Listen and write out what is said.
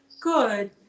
good